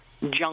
junk